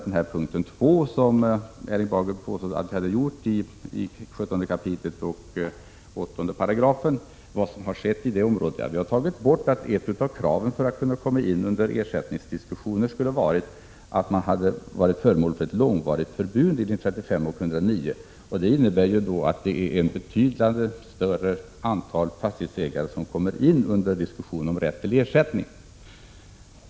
Det har inte gjorts någon sådan förändring i 17 kap. 8 § andra stycket som Erling Bager talar om. Vad som skett i det avsnittet är att vi har tagit bort bestämmelsen att fastigheten skulle ha varit föremål för ett långvarigt förbud enligt 35 och 109 §§ för att man skall komma in under rätt till ersättning. Det innebär att det är ett betydligt större antal fastighetsägare som kommer in under diskussionen om rätt till ersättning.